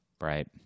Right